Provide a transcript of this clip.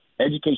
Education